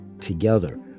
together